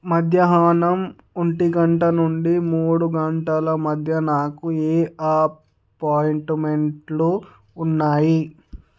మధ్యాహ్నం ఒంటి గంట నుండి మూడు గంటల మధ్య నాకు ఏ అపాయింట్మెంట్లు ఉన్నాయి